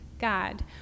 God